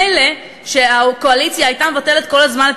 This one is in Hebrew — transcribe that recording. מילא שהקואליציה הייתה מבטלת כל הזמן את